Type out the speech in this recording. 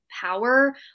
power